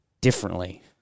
differently